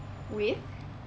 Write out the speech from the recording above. with